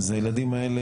אז הילדים האלה